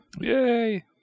Yay